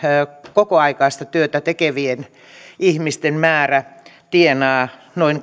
kokoaikaista työtä tekevien ihmisten määrä tienaa noin